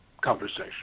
conversation